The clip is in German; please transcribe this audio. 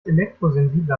elektrosensibler